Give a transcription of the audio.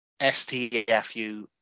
STFU